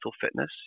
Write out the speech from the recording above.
fitness